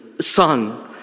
Son